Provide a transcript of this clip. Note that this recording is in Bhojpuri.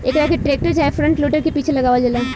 एकरा के टेक्टर चाहे फ्रंट लोडर के पीछे लगावल जाला